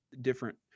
different